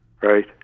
right